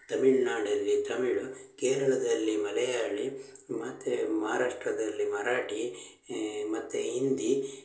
ತಮಿಳ್ನಾಡಲ್ಲಿ ತಮಿಳು ಕೇರಳದಲ್ಲಿ ಮಲಯಾಳಿ ಮತ್ತು ಮಹಾರಾಷ್ಟ್ರದಲ್ಲಿ ಮರಾಠಿ ಮತ್ತು ಹಿಂದಿ